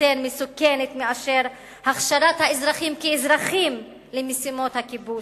מסוכנת מאשר הכשרת האזרחים כאזרחים למשימות הכיבוש.